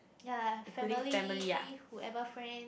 ya lah family whoever friend